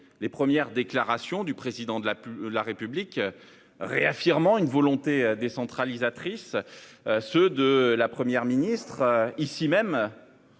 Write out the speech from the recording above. Les premières déclarations du Président de la République, réaffirmant une volonté décentralisatrice, les mots que Mme la Première ministre a